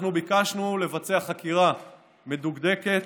אנחנו ביקשנו לבצע חקירה מדוקדקת,